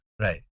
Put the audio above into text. right